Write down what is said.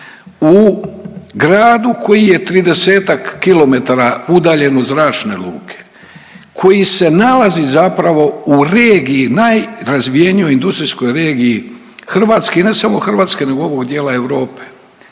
u gradu koji je 30-ak kilometara udaljen od zračne luke, koji se nalazi zapravo u regiji, najrazvijenijoj industrijskog regiji Hrvatske i ne samo Hrvatske nego ovog dijela Europe.